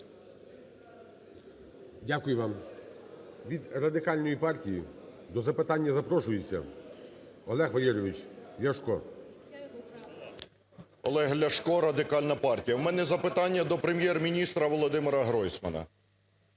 Дякую вам. Від Радикальної партії до запитання запрошується Олег Валерійович Ляшко. 10:40:04 ЛЯШКО О.В. Олег Ляшко, Радикальна партія. У мене запитання до Прем'єр-міністра Володимира Гройсмана.